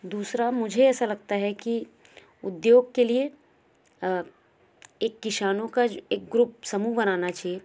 दूसरा मुझे ऐसा लगता है कि उद्योग के लिए एक किसानों का एक ग्रुप समूह बनाना चाहिए